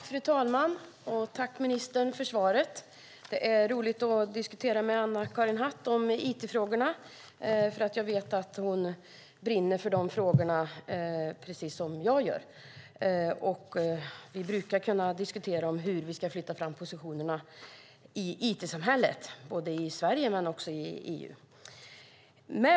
Fru talman! Jag tackar ministern för svaret. Det är roligt att diskutera it-frågorna med Anna-Karin Hatt eftersom jag vet att hon, precis som jag, brinner för dessa frågor. Vi brukar kunna diskutera hur vi ska flytta fram positionerna i it-samhället, både i Sverige och i EU.